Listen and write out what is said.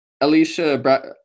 Alicia